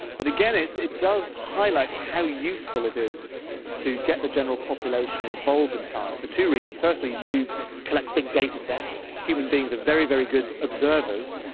but again, it it does highlight how useful it is to get the general population involved in science, for two reasons. firstly you do collect big datasets. human beings are very, very good observers,